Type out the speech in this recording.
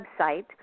website